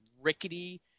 rickety